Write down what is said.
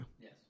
Yes